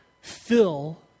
fill